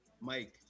Mike